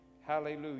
Hallelujah